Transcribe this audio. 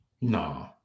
no